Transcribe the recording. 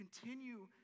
Continue